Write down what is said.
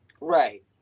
Right